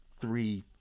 three